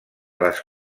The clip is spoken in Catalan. les